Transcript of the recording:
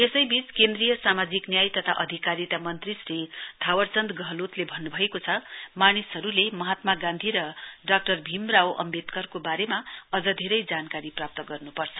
यसैबीच केन्द्रीय सामाजिक न्याय तथा अधिकारिता मन्त्री श्री थावर चन्द गहलोतले भन्न्भएको छ मानिसहरुले महात्मा गान्धी र भीम रावो अम्बेडकरको वारेमा अझ धेरै जानकारी प्राप्त गर्न्पर्छ